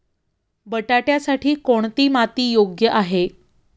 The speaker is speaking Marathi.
बटाट्यासाठी कोणती माती योग्य आहे?